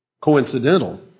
coincidental